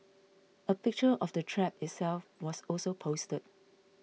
a picture of the trap itself was also posted